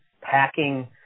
packing